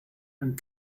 and